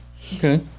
Okay